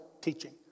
teaching